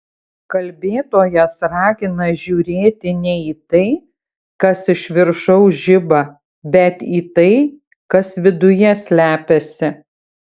kalbėtojas ragina žiūrėti ne į tai kas iš viršaus žiba bet į tai kas viduj slepiasi